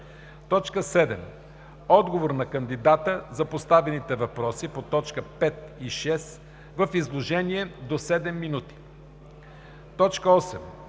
7. Отговор на кандидата на поставените въпроси по т. 5 и 6 – в изложение до 7 минути. 8.